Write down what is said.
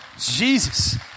Jesus